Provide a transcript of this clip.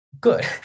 good